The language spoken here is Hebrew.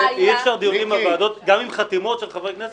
אי-אפשר דיונים בוועדות גם עם חתימות של חברי כנסת?